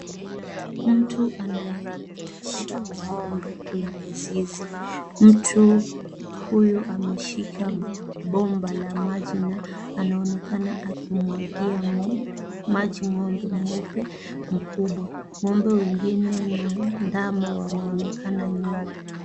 Mtu anayeosha ng'ombe kwenye zizi. Mtu huyu ameshika bomba la maji na anaonekana akimwagia maji ng'ombe mweupe mkubwa.Ng'ombe wengine na ndama wanaonekana nyuma.